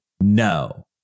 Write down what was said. no